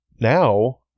now